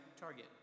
target